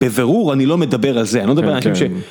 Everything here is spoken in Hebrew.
בבירור אני לא מדבר על זה, אני לא מדבר על אנשים ש...